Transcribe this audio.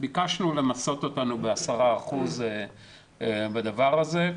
ביקשנו למסות אותנו ב-10% בדבר הזה.